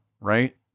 right